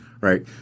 right